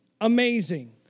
Amazing